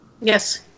Yes